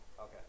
Okay